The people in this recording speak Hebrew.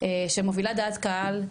שמובילת דעת קהל,